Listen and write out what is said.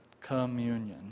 communion